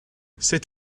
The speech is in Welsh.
sut